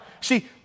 See